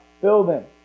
building